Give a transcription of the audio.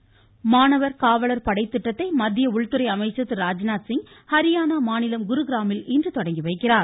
ராஜ்நாத்சிங் மாணவர் காவலர் படைத்திட்டத்தை மத்திய உள்துறை அமைச்சர் திரு ராஜ்நாத்சிங் ஹரியானா மாநிலம் குருகிராமில் இன்று தொடங்கி வைக்கிறார்